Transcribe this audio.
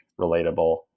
relatable